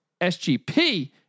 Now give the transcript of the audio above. SGP